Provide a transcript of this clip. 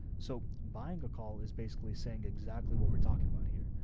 so buying a call is basically saying exactly what we're talking about here.